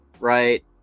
right